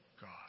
God